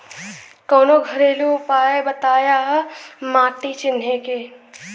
कवनो घरेलू उपाय बताया माटी चिन्हे के?